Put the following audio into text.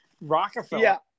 Rockefeller